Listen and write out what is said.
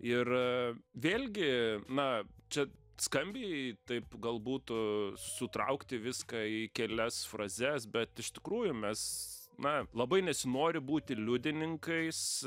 ir vėlgi na čia skambiai taip gal būtų sutraukti viską į kelias frazes bet iš tikrųjų mes na labai nesinori būti liudininkais